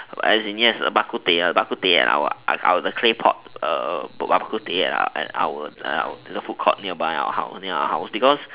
as in yes bak-kut-teh bak-kut-teh the claypot bak-kut-teh at our food court nearby our house because